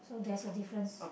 so there's a difference